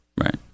Right